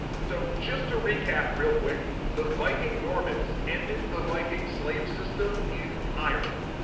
so just to recap real quick, the viking normans ended the viking slave system in ireland.